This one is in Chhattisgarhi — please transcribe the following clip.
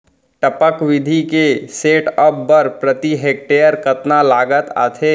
टपक विधि के सेटअप बर प्रति हेक्टेयर कतना लागत आथे?